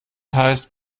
heißt